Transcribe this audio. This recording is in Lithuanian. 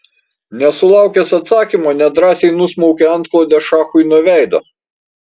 nesulaukęs atsakymo nedrąsiai nusmaukė antklodę šachui nuo veido